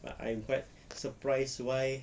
but I'm quite surprised why